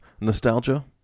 nostalgia